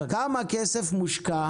כמה כסף חדש מושקע